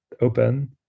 open